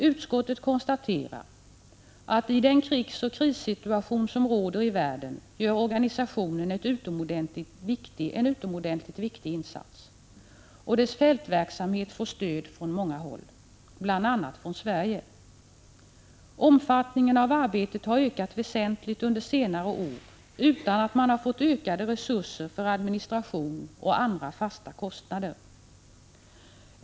Utskottet konstaterar att organisationen i den krigsoch krissituation som råder i världen gör en utomordentligt viktig insats, och dess fältverksamhet får stöd från många håll, bl.a. från Sverige. Omfattningen av arbetet har ökat väsentligt under senare år utan att man har fått ökade resurser för administration och andra fasta kostnader.